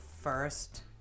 first